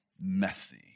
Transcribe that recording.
messy